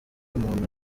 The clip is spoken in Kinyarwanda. umuntu